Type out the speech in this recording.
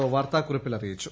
O വാർത്താകുറിപ്പിൽ അറിയിച്ചു